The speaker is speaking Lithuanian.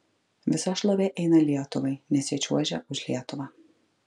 visa šlovė eina lietuvai nes jie čiuožia už lietuvą